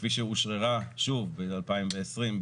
כפי שהיא אושררה שוב ב-2020,